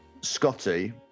Scotty